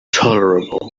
tolerable